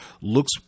looks